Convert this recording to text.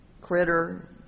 critter